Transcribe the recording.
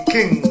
King